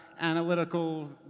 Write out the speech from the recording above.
analytical